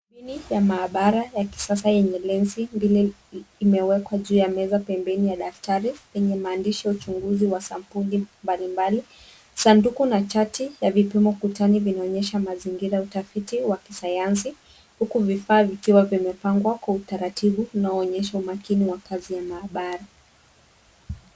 Mashini ya maabara ya kisasa yenye lensi mbili imewekwa juuu ya meza pembeni ya daftari yenye maandishi ya uchunguzi wa sampuli mbalimbali. Sanduku na chati ya vipimo ukutani vinaonyesha mazingira utafiti wa kisayansi huku vifaa vikiwa vimepangwa kwa utaratibu unaoonyesha umakini wa kazi ya maabara.